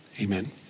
Amen